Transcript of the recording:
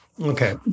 Okay